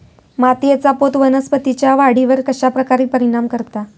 मातीएचा पोत वनस्पतींएच्या वाढीवर कश्या प्रकारे परिणाम करता?